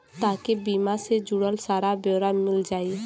तोके बीमा से जुड़ल सारा ब्योरा मिल जाई